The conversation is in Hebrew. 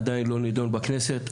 עדיין לא נידון בכנסת,